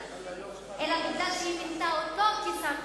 אלא כי היא מינתה אותו לשר החוץ.